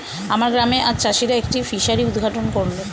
আমার গ্রামে আজ চাষিরা একটি ফিসারি উদ্ঘাটন করল